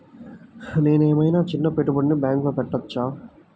నేను ఏమయినా చిన్న పెట్టుబడిని బ్యాంక్లో పెట్టచ్చా?